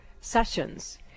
sessions